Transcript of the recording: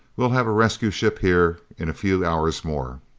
we'll have a rescue ship here in a few hours more!